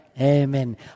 Amen